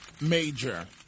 Major